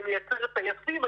היא מייצרת טייסים,